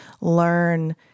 learn